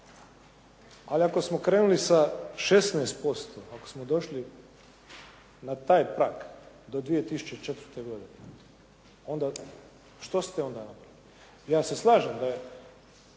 ali ako smo krenuli sa 16%, ako smo došli na taj prag do 2004. godine onda što ste napravili. Ja se slažem da je